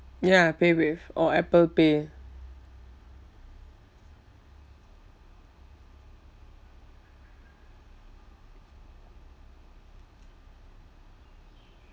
ya paywave or apple pay